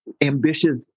ambitious